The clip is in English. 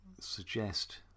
suggest